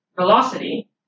velocity